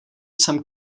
some